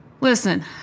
Listen